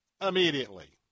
immediately